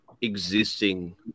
existing